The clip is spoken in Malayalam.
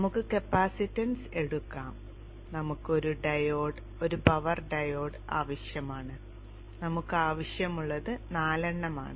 നമുക്ക് കപ്പാസിറ്റൻസ് എടുക്കാം നമുക്ക് ഒരു ഡയോഡ് ഒരു പവർ ഡയോഡ് ആവശ്യമാണ് നമുക്ക് ആവശ്യമുള്ളത് നാലെണ്ണമാണ്